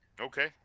Okay